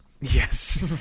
yes